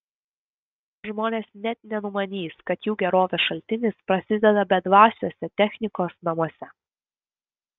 žmonės net nenumanys kad jų gerovės šaltinis prasideda bedvasiuose technikos namuose